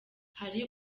hari